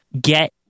get